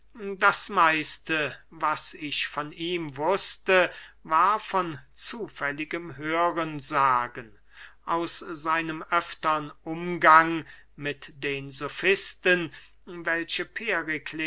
das meiste was ich von ihm wußte war von zufälligem hörensagen aus seinem öftern umgang mit den sofisten welche